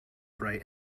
bright